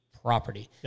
property